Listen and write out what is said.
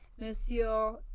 Monsieur